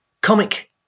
comic